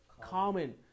common